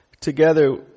together